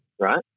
Right